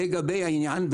לגבי העניין,